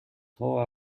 thaw